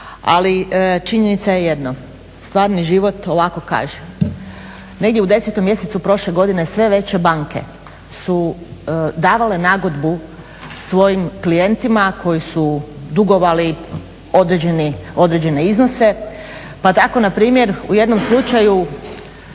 ali činjenica je jedno. Stvarni život ovako kaže, negdje u 10. mjesecu prošle godine sve veće banke su davale nagodbu svojim klijentima koji su dugovali određene iznose pa tako npr. u jednom slučaju